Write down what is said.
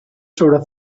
sobre